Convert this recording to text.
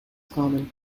common